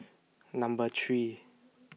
Number three